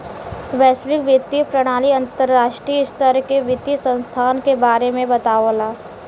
वैश्विक वित्तीय प्रणाली अंतर्राष्ट्रीय स्तर के वित्तीय संस्थान के बारे में बतावला